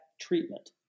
treatment